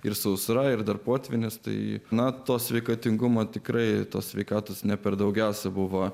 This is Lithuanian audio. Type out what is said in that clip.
ir sausra ir dar potvynis tai na tos sveikatingumo tikrai tos sveikatos ne per daugiausiai buvo